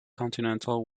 continental